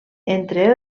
entre